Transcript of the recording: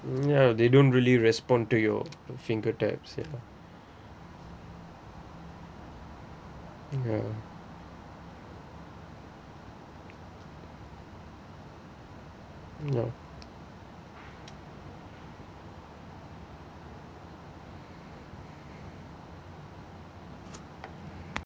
ya they don't really respond to your finger taps ya ya no